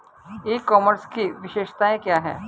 ई commerce की विशेषताएं क्या हैं?